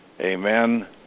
amen